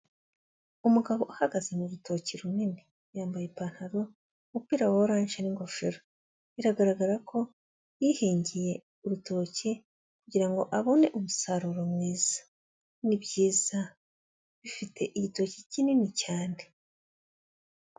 Umugabo uhagaze mu rutoki runini, yambaye ipantaro, umupira wa oranje n'ingofero, biragaragara ko yihingiye urutoki kugira ngo abone umusaruro mwiza, ni byiza bifite igitoki kinini cyane.